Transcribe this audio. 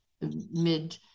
mid